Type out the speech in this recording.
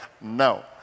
no